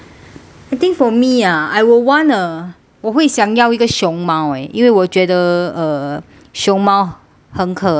I think for me ah I will want a 我会想要一个熊猫 eh 因为我觉得 uh 熊猫很可爱